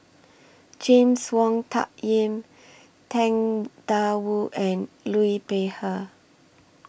James Wong Tuck Yim Tang DA Wu and Liu Peihe